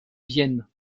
vienne